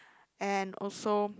and also